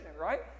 right